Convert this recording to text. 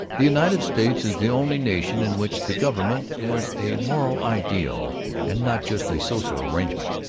the united states is the only nation in which the government is a moral ideal and not just a social arrangement.